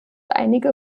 einige